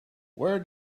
where